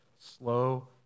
slow